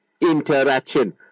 interaction